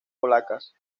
polacas